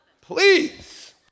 Please